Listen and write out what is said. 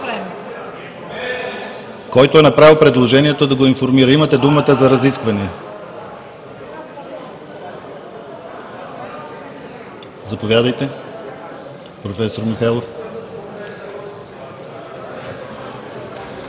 Който е направил предложението – да го информира. Имате думата за разисквания. Заповядайте, проф. Михайлов.